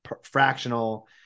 fractional